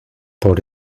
por